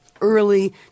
early